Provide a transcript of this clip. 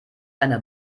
eine